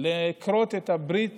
לכרות את הברית